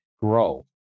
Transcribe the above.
grow